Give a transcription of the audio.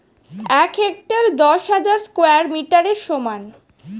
এক হেক্টার দশ হাজার স্কয়ার মিটারের সমান